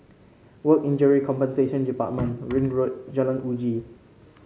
Work Injury Compensation Department Ring Road Jalan Uji